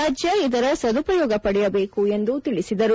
ರಾಜ್ಯ ಇದರ ಸದುಪಯೋಗ ಪಡೆಯಬೇಕು ಎಂದು ತಿಳಿಸಿದರು